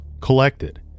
collected